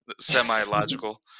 semi-logical